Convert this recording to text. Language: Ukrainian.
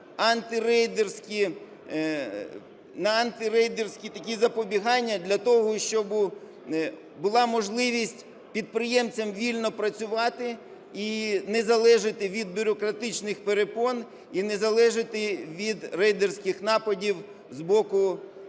на антирейдерські такі запобігання для того, щоб була можливість підприємцям вільно працювати і не залежати від бюрократичних перепон, і не залежати від рейдерських нападів з боку